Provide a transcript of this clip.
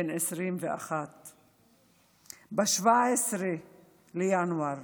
בן 21. ב-17 בינואר